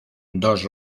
dos